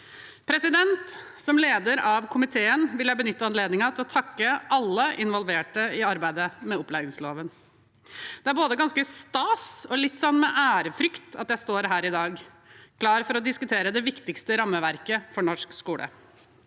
forslaget. Som leder av komiteen vil jeg benytte anledningen til å takke alle involverte i arbeidet med opplæringsloven. Det er både ganske stas og litt med ærefrykt at jeg står her i dag klar for å diskutere det viktigste rammeverket for norsk skole.